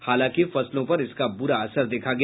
हालांकि फसलों पर इसका बुरा असर देखा गया